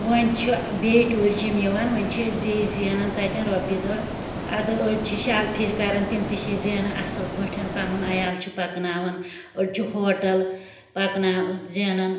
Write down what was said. وۄنۍ چھِ بیٚیہ ٹیٛوٗرِزٕم یوان وۄنۍ چھِ أسۍ بیٚیہِ زینان تتیٚن رۄپیہ دَہ اَدٕ أڑۍ چھِ شالہ پھیٖرۍ کران تم تہِ چھِ زینان اصٕل پٲٹھۍ پَنُن عیال چھِ پکناوان أڑۍ چھِ ہوٹَل پَکناو زینان